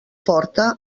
forta